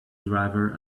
driver